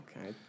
Okay